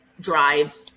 drive